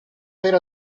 per